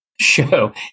show